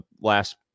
last